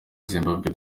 zimbabwe